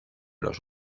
los